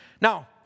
Now